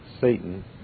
Satan